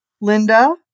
Linda